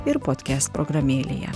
ir potkest programėlėje